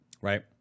Right